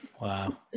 Wow